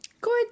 Good